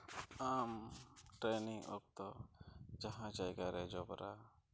ᱟᱢ ᱴᱨᱮᱱᱤᱝ ᱚᱠᱛᱚ ᱡᱟᱦᱟᱸ ᱡᱟᱭᱜᱟᱨᱮ ᱡᱚᱵᱽᱨᱟ